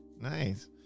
Nice